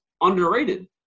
underrated